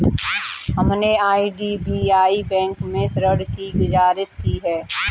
हमने IDBI bank से ऋण की गुजारिश की है